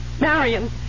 Marion